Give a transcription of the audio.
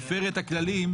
מפר את הכללים,